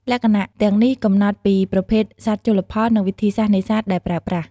លក្ខណៈទាំងនេះកំណត់ពីប្រភេទសត្វជលផល និងវិធីសាស្ត្រនេសាទដែលប្រើប្រាស់។